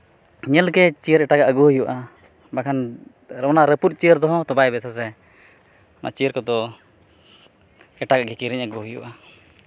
ᱧᱮᱞ ᱠᱮᱜᱼᱟ ᱪᱤᱭᱟᱹᱨ ᱮᱴᱟᱜᱟᱜ ᱟᱹᱜᱩᱭ ᱦᱩᱭᱩᱜᱼᱟ ᱵᱟᱝᱠᱷᱟᱱ ᱚᱱᱟ ᱨᱟᱹᱯᱩᱫ ᱪᱤᱭᱟᱹᱨ ᱫᱚᱦᱚ ᱦᱚᱛᱚ ᱵᱟᱭ ᱵᱮᱥ ᱟᱥᱮ ᱚᱱᱟ ᱪᱤᱭᱟᱹᱨ ᱠᱚᱫᱚ ᱮᱴᱟᱜᱟᱜ ᱜᱮ ᱠᱤᱨᱤᱧ ᱟᱹᱜᱩ ᱦᱩᱭᱩᱜᱼᱟ